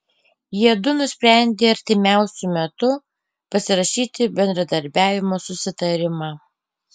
jiedu nusprendė artimiausiu metu pasirašyti bendradarbiavimo susitarimą